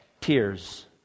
tears